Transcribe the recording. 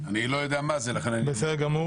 הבקשה אושרה.